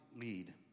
lead